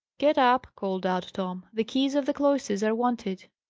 get up! called out tom. the keys of the cloisters are wanted.